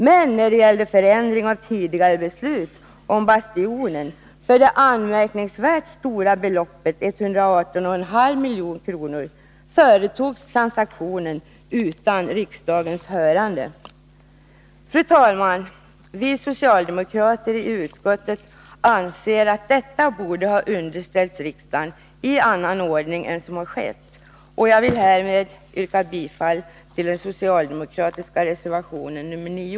Men när det gällde förändring av tidigare beslut om Bastionen till det anmärkningsvärt stora beloppet 118,5 milj.kr. företogs transaktionen utan riksdagens hörande. Fru talman! Vi socialdemokrater i utskottet anser att denna fråga borde ha underställts riksdagen i annan ordning än som har skett. Härmed yrkar jag bifall till den socialdemokratiska reservation nr 9.